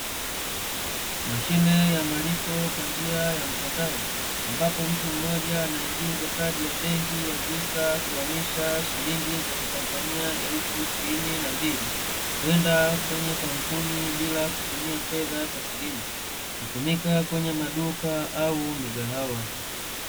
Mashine ya malipo kwa njia ya mtandao, ambapo mtu mmoja anaingiza kadi ya benki ya visa kuhamisha shilingi za kitanzania elfu sitini na mbili, kwenda kwenye kampuni bila kutumia fedha tasirimu, hutumika kwenye maduka au migahawa.